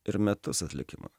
ir metus atlikimo